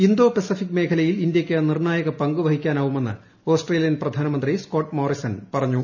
Indo Pacific മേഖലയിൽ ഇന്ത്യയ്ക്ക് നിർണായക പങ്കു വഹിക്കാനാവുമെന്ന് ഓസ്ട്രേലിയൻ പ്രധാനമന്ത്രി സ്കോട്മോറിസൺ പറഞ്ഞു